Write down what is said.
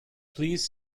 please